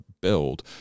build